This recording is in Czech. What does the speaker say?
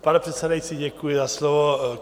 Pane předsedající, děkuji za slovo.